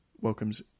welcomes